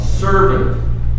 servant